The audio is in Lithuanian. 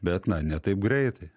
bet na ne taip greitai